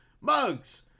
mugs